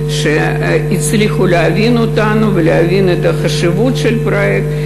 שהצליחו להבין אותנו ולהבין את החשיבות של הפרויקט,